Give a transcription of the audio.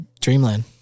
Dreamland